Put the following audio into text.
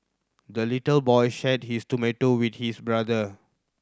the little boy shared his tomato with his brother